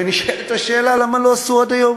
ונשאלת השאלה: למה לא עשו עד היום?